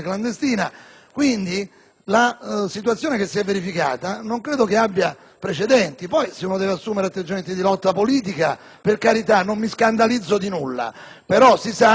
La situazione che si è verificata non credo abbia precedenti. Se si vogliono assumere atteggiamenti di lotta politica, per carità, non mi scandalizzo di nulla; si sappia però che questo è un atteggiamento